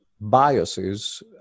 biases